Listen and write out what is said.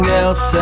else